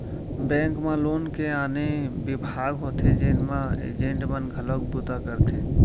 bank म loan के आने बिभाग होथे जेन म एजेंट मन घलोक बूता करथे